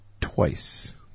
twice